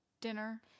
Dinner